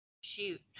shoot